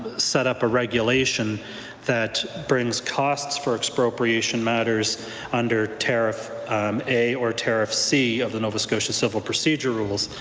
set up a regulation that brings costs for expropriation matters under tariff a or tariff c of the nova scotia civil procedure rules.